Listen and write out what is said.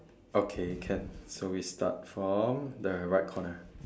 okay can so we start from the right corner